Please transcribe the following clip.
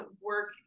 work